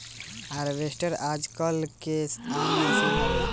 harvester आजकल के आम मसीन हवे